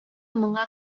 моңа